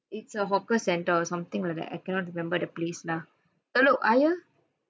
it's a hawker centre or something like that I cannot remember the place lah telok ayer